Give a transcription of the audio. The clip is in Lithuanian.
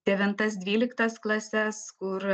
devintas dvyliktas klases kur